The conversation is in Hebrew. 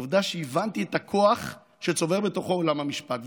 העובדה שהבנתי את הכוח שצובר בתוכו עולם המשפט.